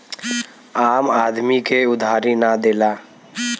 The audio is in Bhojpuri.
आम आदमी के उधारी ना देला